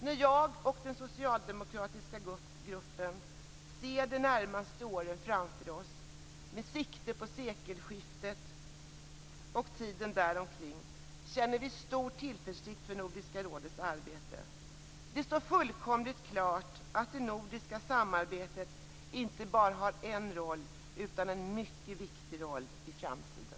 När jag och den socialdemokratiska gruppen ser de närmaste åren framför oss, med sikte på sekelskiftet och tiden däromkring, känner vi stor tillförsikt för Nordiska rådets arbete. Det står fullkomligt klart att det nordiska samarbetet inte bara har en roll, utan en mycket viktig roll i framtiden.